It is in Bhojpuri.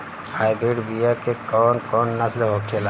हाइब्रिड बीया के कौन कौन नस्ल होखेला?